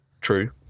True